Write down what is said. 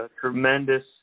tremendous